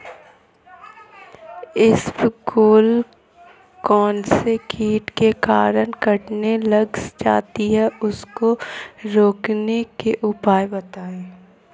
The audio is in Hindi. इसबगोल कौनसे कीट के कारण कटने लग जाती है उसको रोकने के उपाय बताओ?